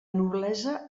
noblesa